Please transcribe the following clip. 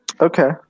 Okay